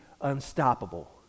unstoppable